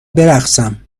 برقصم